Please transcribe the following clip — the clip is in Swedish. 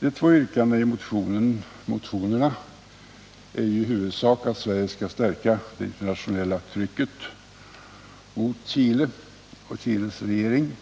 De två yrkanden som framställts i motionerna innebär i huvudsak att Sverige skall stärka det internationella trycket mot Chile och Chiles regering.